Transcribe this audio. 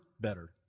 better